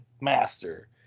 master